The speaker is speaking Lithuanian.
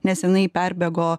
nesenai perbėgo